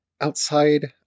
outside